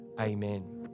Amen